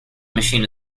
machine